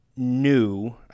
New